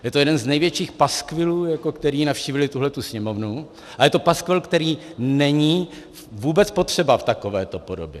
Je to jeden z největších paskvilů, které navštívily tuhletu Sněmovnu, a je to paskvil, který není vůbec potřeba v takovéto podobě.